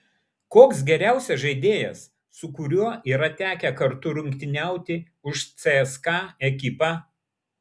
koks geriausias žaidėjas su kuriuo yra tekę kartu rungtyniauti už cska ekipą